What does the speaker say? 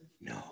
No